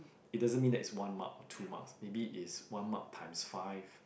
it doesn't mean that it's one mark or two marks maybe it's one mark times five